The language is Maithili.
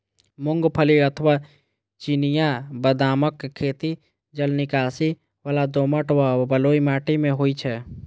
मूंगफली अथवा चिनिया बदामक खेती जलनिकासी बला दोमट व बलुई माटि मे होइ छै